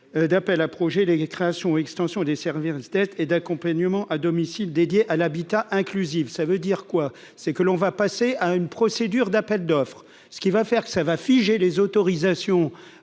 d'appels à projets les créations ou extensions des servir de tête et d'accompagnement à domicile dédié à l'habit. As inclusive, ça veut dire quoi, c'est que l'on va passer à une procédure d'appel d'offres, ce qui va faire que ça va figer les autorisations